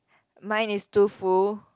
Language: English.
mine is too full